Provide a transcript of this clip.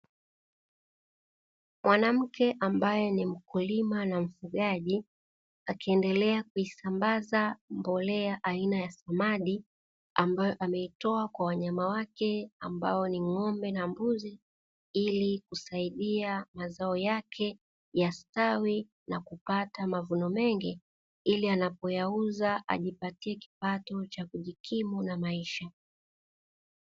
Mwanamke ambaye ni mkulima na mfugaji, akiendelea kuisambaza mbolea aina ya samadi, ambayo ameitoa kwa wanyama wake, ambao ni: ng'ombe na mbuzi, ili kusaidia mazao yake yastawi na kupata mavuno mengi, ili anapoyauza ajipatie kipato cha kujikimu na maisha.